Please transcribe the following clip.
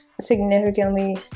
significantly